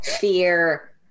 fear